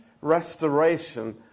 restoration